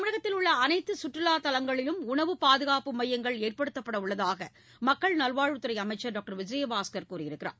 தமிழகத்தில் உள்ள அனைத்து சுற்றுலாத்தலங்களிலும் உணவு பாதுகாப்பு மையங்கள் ஏற்படுத்தப்பட உள்ளதாக மக்கள் நல்வாழ்வுத்துறை அமைச்சர் டாக்டர் விஜயபாஸ்கர் கூறியுள்ளார்